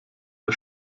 der